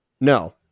no